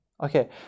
okay